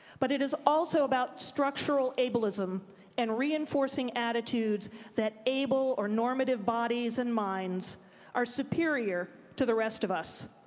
but it is also about structural ableism and reinforcing attitudes that able or normative bodies and minds are superior to the rest of us.